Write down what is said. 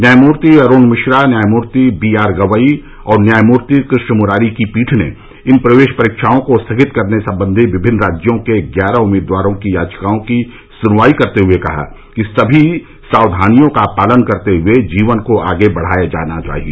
न्यायमूर्ति अरूण मिश्रा न्यायमूर्ति B R Gavai और न्यायमूर्ति कृष्ण मुरारी की पीठ ने इन प्रवेश परीक्षाओं को स्थगित करने संबंधी विमिन्न राज्यों के ग्यारह उम्मीदवारों की याचिकाओं की सुनवाई करते हए कहा कि सभी सावधानियों का पालन करते हए जीवन को आगे बढाया जाना चाहिए